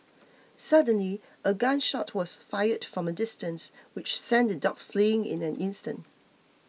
suddenly a gun shot was fired from a distance which sent the dogs fleeing in an instant